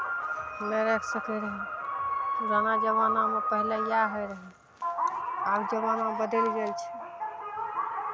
नहि राखि सकैत रहै पुराना जमानामे पहिले इएह होइत रहै आब जमाना बदलि गेल छै